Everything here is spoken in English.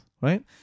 right